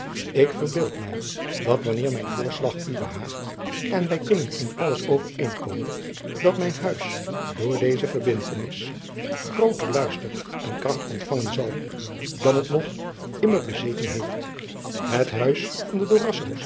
ik verbeeld mij dat wanneer mijn voorslag u behaagt en wij kunnen in alles overeenkomen dat mijn huis door deze verbindtenis grooter luister en kracht ontvangen zal dan het nog immer bezeten heeft het huis van de